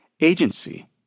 agency